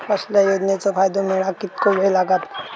कसल्याय योजनेचो फायदो मेळाक कितको वेळ लागत?